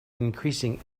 increasing